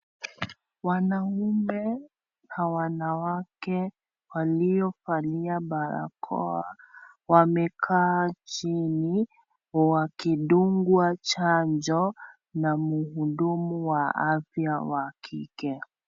Wanaume na wanawake waliovalia barakoa wamekaa chini wakidungwa chanjo na mhudumu wa afya wa kike.